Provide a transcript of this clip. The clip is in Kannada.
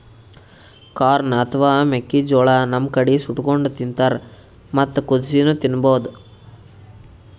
ಕಾರ್ನ್ ಅಥವಾ ಮೆಕ್ಕಿಜೋಳಾ ನಮ್ ಕಡಿ ಸುಟ್ಟಕೊಂಡ್ ತಿಂತಾರ್ ಮತ್ತ್ ಕುದಸಿನೂ ತಿನ್ಬಹುದ್